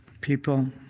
people